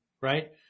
right